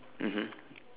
mmhmm